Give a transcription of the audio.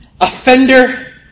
offender